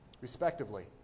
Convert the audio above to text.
respectively